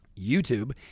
YouTube